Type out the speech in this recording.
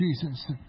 Jesus